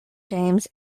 james